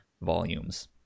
volumes